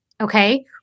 okay